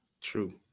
True